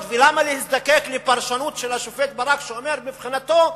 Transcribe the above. למה להזדקק לפרשנות של השופט ברק שאומר: מבחינתו,